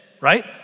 right